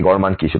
এই গড় মান কি